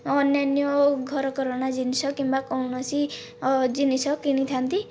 ଅନ୍ୟାନ୍ୟ ଓ ଘର କରଣା ଜିନିଷ କିମ୍ବା କୌଣସି ଜିନିଷ କିଣିଥା'ନ୍ତି